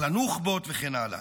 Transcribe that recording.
"קפלנוח'בות" וכן הלאה.